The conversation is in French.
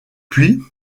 puis